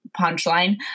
punchline